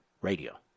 radio